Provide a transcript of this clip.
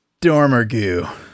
Dormergoo